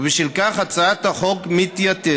ובשל כך, הצעת החוק מתייתרת.